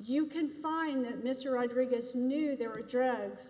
you can find that mr rodriguez knew there were drugs